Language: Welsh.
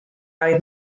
oedd